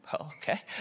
Okay